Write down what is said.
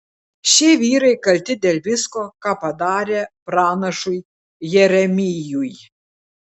šie vyrai kalti dėl visko ką padarė pranašui jeremijui